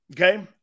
Okay